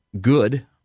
good